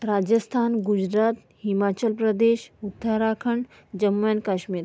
Rajasthan Gujarat Himachal Pradesh Uttarakhand Jammu and Kashmir